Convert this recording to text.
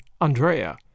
Andrea